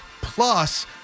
plus